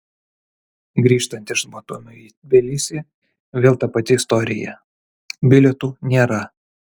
grįžtant iš batumio į tbilisį vėl ta pati istorija bilietų nėra